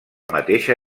mateixa